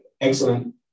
Excellent